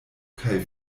kaj